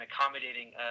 accommodating